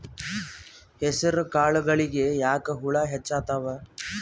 ಹೆಸರ ಕಾಳುಗಳಿಗಿ ಯಾಕ ಹುಳ ಹೆಚ್ಚಾತವ?